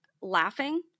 laughing